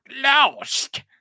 lost